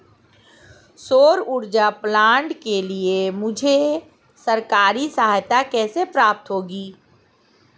सौर ऊर्जा प्लांट के लिए मुझे सरकारी सहायता कैसे प्राप्त होगी?